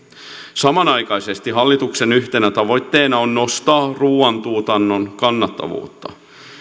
samanaikaisesti hallituksen yhtenä tavoitteena on nostaa ruuan tuotannon kannattavuutta